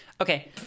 Okay